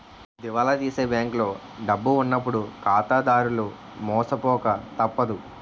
దివాలా తీసే బ్యాంకులో డబ్బు ఉన్నప్పుడు ఖాతాదారులు మోసపోక తప్పదు